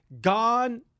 Gone